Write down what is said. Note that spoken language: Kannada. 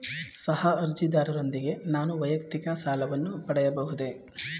ಸಹ ಅರ್ಜಿದಾರರೊಂದಿಗೆ ನಾನು ವೈಯಕ್ತಿಕ ಸಾಲವನ್ನು ಪಡೆಯಬಹುದೇ?